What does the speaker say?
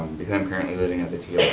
because i'm currently living at the t o